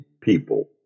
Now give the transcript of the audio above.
people